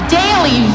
daily